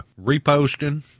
reposting